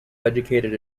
educated